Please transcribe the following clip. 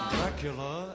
Dracula